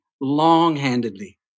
long-handedly